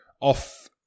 off